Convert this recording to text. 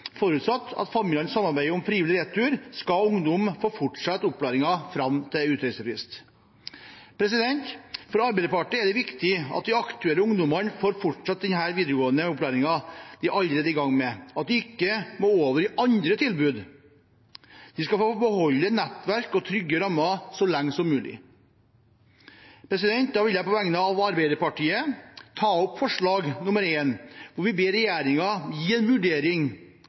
forutsatt at familien samarbeider om frivillig retur, skal ungdom få fortsette opplæringen fram til utreisefrist. For Arbeiderpartiet er det viktig at de aktuelle ungdommene får fortsette den videregående opplæringen de allerede er i gang med, at de ikke må over i andre tilbud. De skal få beholde nettverk og trygge rammer så lenge som mulig. Da vil jeg på vegne av Arbeiderpartiet ta opp forslag nr. 1, hvor vi «ber regjeringen gi en vurdering